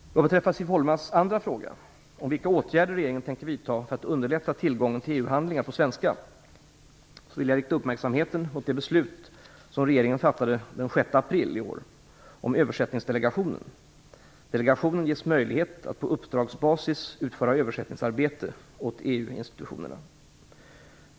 Vad beträffar Siv Holmas andra fråga - om vilka åtgärder regeringen tänker vidta för att underlätta tillgången till EU-handlingar på svenska - vill jag rikta uppmärksamheten mot det beslut som regeringen fattade den 6 april i år om Översättningsdelegationen. Delegationen ges möjlighet att på uppdragsbasis utföra översättningsarbete åt EU-institutionerna.